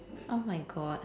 oh my god